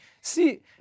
See